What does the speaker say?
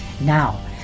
Now